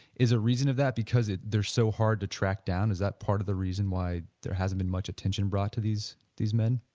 is a reason of that because they're so hard to track down, is that part of the reason why there hasn't been much attention brought to these these men?